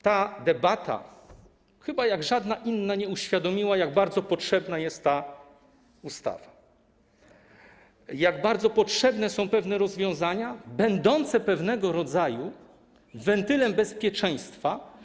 Ta debata chyba jak żadna inna uświadomiła, jak bardzo potrzebna jest ta ustawa, jak bardzo potrzebne są rozwiązania będące pewnego rodzaju wentylem bezpieczeństwa.